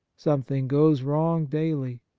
some thing goes wrong daily.